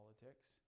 politics